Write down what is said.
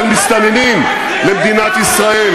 של מסתננים למדינת ישראל,